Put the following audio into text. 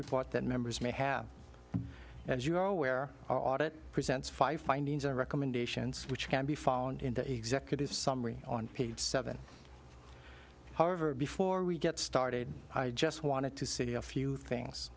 report that members may have as you are aware our audit presents five findings and recommendations which can be found in the executive summary on page seven however before we get started i just wanted to say a few things